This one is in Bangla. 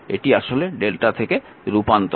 এটি আসলে Δ থেকে রুপান্তর